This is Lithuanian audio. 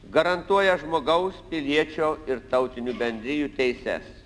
garantuoja žmogaus piliečio ir tautinių bendrijų teises